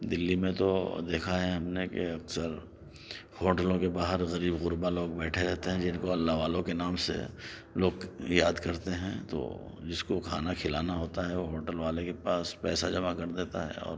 دلی میں تو دیکھا ہے ہم نے کہ اکثر ہوٹلوں کے باہر غریب غربا لوگ بیٹھے رہتے ہیں جن کو اللہ والوں کے نام سے لوگ یاد کرتے ہیں تو جس کو کھانا کھلانا ہوتا ہے وہ ہوٹل والے کے پاس پیسہ جمع کر دیتا ہے اور